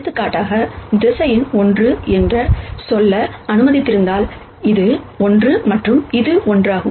எடுத்துக்காட்டாக வெக்டர் 1 என்று சொல்ல அனுமதித்திருந்தால் இது ஒன்று மற்றும் இது ஒன்றாகும்